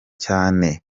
cyane